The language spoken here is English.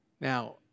Now